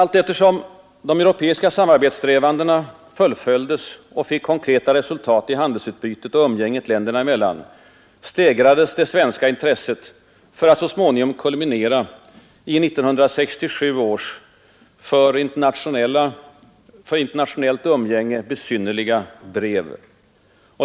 Allteftersom de europeiska samarbetssträvandena fullföljdes och fick konkreta resultat i handelsutbytet och umgänget länderna emellan, stegrades det svenska intresset för att så småningom kulminera i 1967 års — för internationellt umgänge besynnerliga — brev.